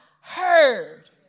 heard